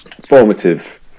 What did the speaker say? formative